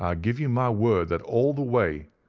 ah give you my word that all the way,